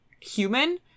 human